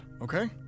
okay